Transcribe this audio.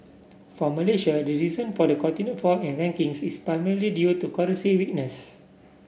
for Malaysia the reason for the continued fall in rankings is primarily due to currency weakness